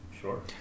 sure